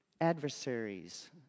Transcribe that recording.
adversaries